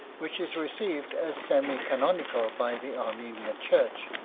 which is received as semi-canonical by the armenian church,